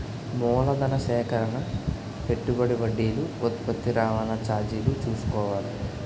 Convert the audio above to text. మూలధన సేకరణ పెట్టుబడి వడ్డీలు ఉత్పత్తి రవాణా చార్జీలు చూసుకోవాలి